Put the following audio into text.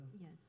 Yes